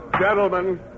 gentlemen